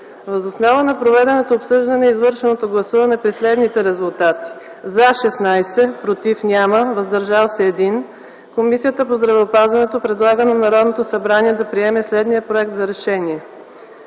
Въз основа на проведеното обсъждане и извършеното гласуване при следните резултати: „за” – 16, „против” – 0, „въздържал се” – 1, Комисията по здравеопазването предлага на Народното събрание да приеме следния Проект за: